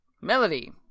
Melody